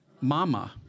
mama